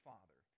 Father